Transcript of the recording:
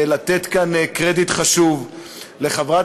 לתת כאן קרדיט חשוב לחברת